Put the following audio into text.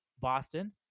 Boston